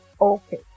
Okay